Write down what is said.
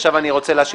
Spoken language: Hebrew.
עכשיו אני רוצה להשיב.